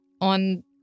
on